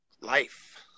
life